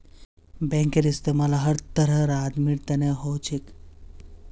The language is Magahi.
बैंकेर इस्तमाल हर तरहर आदमीर तने हो छेक